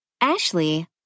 Ashley